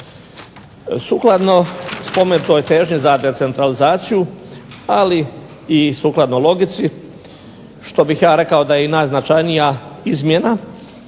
Sukladno spomenutoj težnji za decentralizaciju ali sukladno i logici što bih ja rekao da je i najznačajnija izmjena